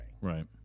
Right